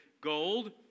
gold